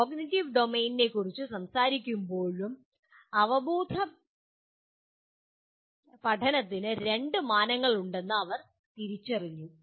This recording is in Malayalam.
കോഗ്നിറ്റീവ് ഡൊമെയ്നിനെക്കുറിച്ച് സംസാരിക്കുമ്പോഴും അവബോധന പഠനത്തിന് രണ്ട് മാനങ്ങളുണ്ടെന്ന് അവർ തിരിച്ചറിഞ്ഞു